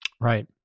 Right